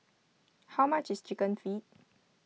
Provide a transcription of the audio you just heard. how much is Chicken Feet